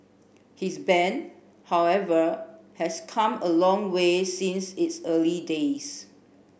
his band however has come a long way since its early days